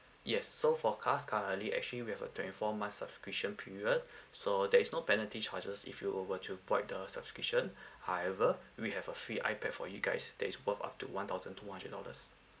yes so for curr~ currently actually we have a twenty four months subscription period so there is no penalty charges if you were were to void the subscription however we have a free ipad for you guys that is worth up to one thousand two hundred dollars